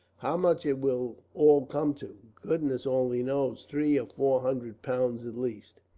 how much it will all come to, goodness only knows three or four hundred pounds, at least.